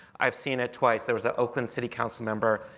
i've seen it twice. there was an oakland city council member.